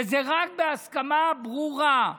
וזה רק בהסכמה ברורה,